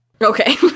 Okay